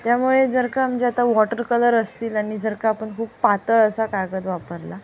त्यामुळे जर का म्हणजे आता वॉटर कलर असतील आणि जर का आपण खूप पातळ असा कागद वापरला